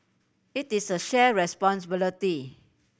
it is a shared responsibility